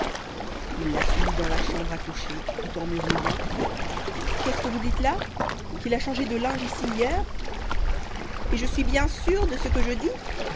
il la suivit dans la chambre à coucher tout en murmurant qu'est-ce que vous dites là qu'il a changé de linge ici hier et je suis bien sûre de ce que je dis